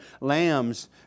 lambs